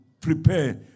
prepare